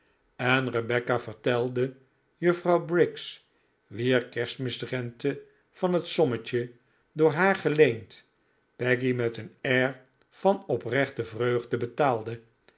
en rebecca vertelde juffrouw briggs wier kerstmisrente van het sommetje door haar geleend becky met een air van oprechte vreugde betaalde